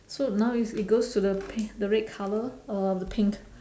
so now is it goes to the pi~ the red colour uh the pink